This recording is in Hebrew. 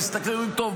טוב,